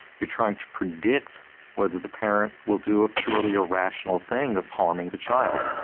you are trying to predict whether the parent will do a purely irrational thing of harming the child.